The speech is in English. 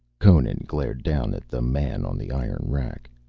conan glared down at the man on the iron rack.